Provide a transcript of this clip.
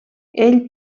ell